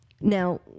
now